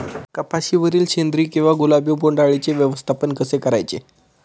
कपाशिवरील शेंदरी किंवा गुलाबी बोंडअळीचे व्यवस्थापन कसे करायचे?